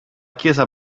chiesa